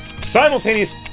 Simultaneous